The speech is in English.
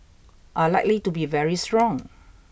are likely to be very strong